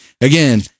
again